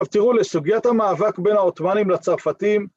‫אז תראו, לסוגיית המאבק ‫בין העותמאנים לצרפתים...